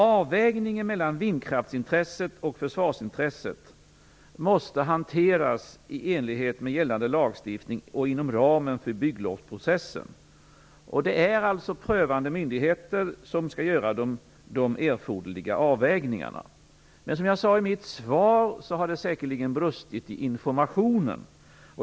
Avvägningen mellan vindkraftsintresset och försvarsintresset måste hanteras i enlighet med gällande lagstiftning och inom ramen för bygglovsprocessen. Det är alltså prövande myndigheter som skall göra de erforderliga avvägningarna. Men som jag sade i mitt svar har det säkerligen brustit i informationen.